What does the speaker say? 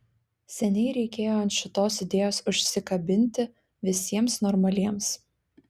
seniai reikėjo ant šitos idėjos užsikabinti visiems normaliems